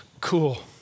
cool